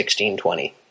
1620